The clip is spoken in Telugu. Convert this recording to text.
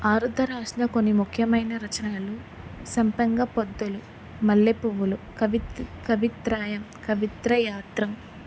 ఆరుద్ర రాసిన కొన్ని ముఖ్యమైన రచనలు సంపంగ పొద్దులు మల్లెపువ్వులు కవిత్రయం కవిత్వ యాత్ర